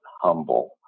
humble